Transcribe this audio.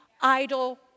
idle